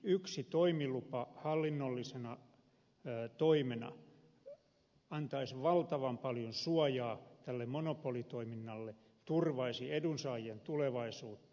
yksi toimilupa hallinnollisena toimena antaisi valtavan paljon suojaa tälle monopolitoiminnalle turvaisi edunsaajien tulevaisuutta